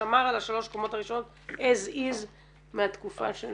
שמר על שלוש הקומות הראשונות as is מהתקופה של